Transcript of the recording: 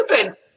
stupid